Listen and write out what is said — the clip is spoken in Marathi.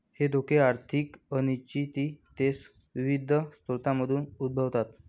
हे धोके आर्थिक अनिश्चिततेसह विविध स्रोतांमधून उद्भवतात